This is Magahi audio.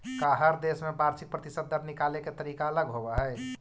का हर देश में वार्षिक प्रतिशत दर निकाले के तरीका अलग होवऽ हइ?